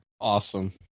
awesome